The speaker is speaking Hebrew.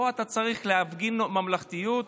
פה אתה צריך להפגין ממלכתיות,